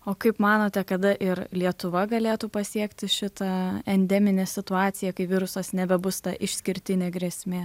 o kaip manote kada ir lietuva galėtų pasiekti šitą endeminę situaciją kai virusas nebebus ta išskirtinė grėsmė